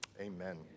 Amen